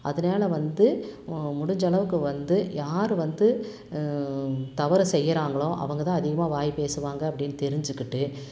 அதனால் வந்து முடிஞ்சளவுக்கு வந்து யார் வந்து தவறு செய்கிறாங்களோ அவங்க தான் அதிகமாக வாய் பேசுவாங்க அப்படின்னு தெரிஞ்சுக்கிட்டு